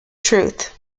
truth